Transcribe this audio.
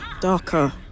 darker